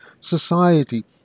society